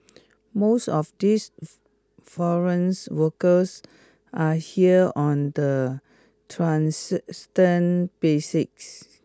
most of these foreigns workers are here on the basics